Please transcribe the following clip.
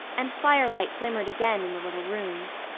and firelight glimmered again in the little rooms.